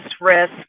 risk